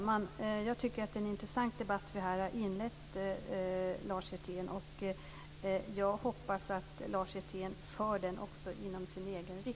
Fru talman!